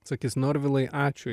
sakys norvilai ačiū